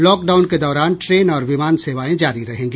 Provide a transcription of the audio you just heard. lock down के दौरान train और विमान सेवाएं जारी रहेगी